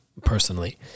personally